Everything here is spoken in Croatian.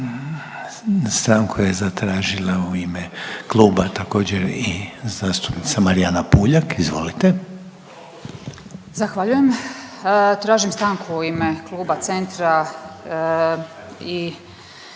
Stanku je zatražila u ime kluba također i zastupnica Marijana Puljak. Izvolite. **Puljak, Marijana (Centar)** Zahvaljujem. Tražim stanku u ime Kluba Centra i